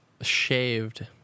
Shaved